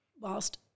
whilst